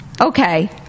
Okay